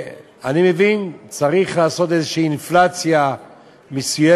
אני מבין, צריך לעשות איזושהי אינפלציה מסוימת,